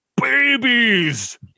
Babies